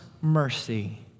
mercy